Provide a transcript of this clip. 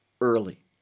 early